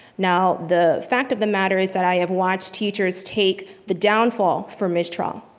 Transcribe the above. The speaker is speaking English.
now, the fact of the matter is that i have watched teachers take the downfall for ms. tra.